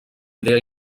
idea